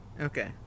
Okay